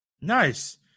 Nice